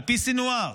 על פי סנוואר,